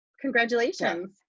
Congratulations